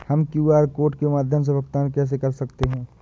हम QR code के माध्यम से भुगतान कैसे कर सकते हैं?